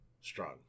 Strong